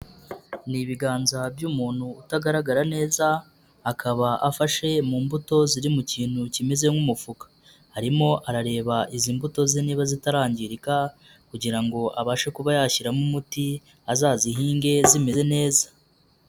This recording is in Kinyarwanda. Ni ibiganza by'umuntu utagaragara neza, akaba afashe mu mbuto ziri mu kintu kimeze nk'umufuka, arimo arareba izi mbuto ze niba zitarangirika kugira ngo abashe kuba yashyiramo umuti, azazihinge zimeze neza.